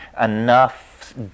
enough